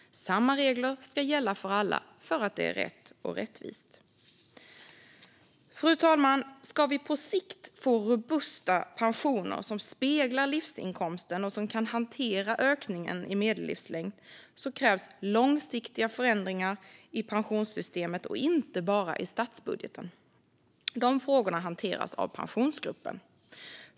Samma regler ska gälla för alla, för det är rätt och rättvist. Fru talman! Ska vi på sikt få robusta pensioner som speglar livsinkomsten och som kan hantera ökningen i medellivslängd, då krävs det långsiktiga förändringar i pensionssystemet och inte bara i statsbudgeten. De frågorna hanteras av Pensionsgruppen.